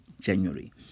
January